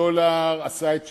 הדולר עשה את שלו.